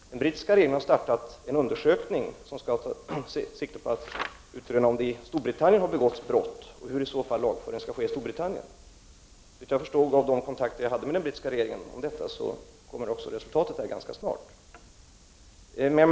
Den brittiska regeringen har startat en undersökning som skall ta sikte på att utröna om brott har begåtts i Storbritannien och i så fall hur lagföringen där skall ske. Såvitt jag förstår, efter mina kontakter med brittiska regeringen, är resultatet att vänta ganska snart.